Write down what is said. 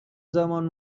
زمان